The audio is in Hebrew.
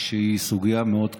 שהיא סוגיה מאוד כאובה.